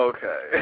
Okay